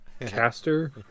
caster